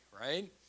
right